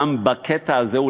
גם בקטע הזה,